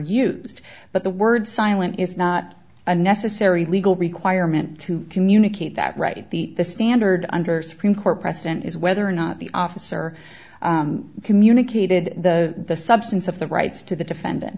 used but the word silent is not a necessary legal requirement to communicate that right the the standard under supreme court precedent is whether or not the officer communicated the substance of the rights to the